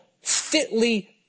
fitly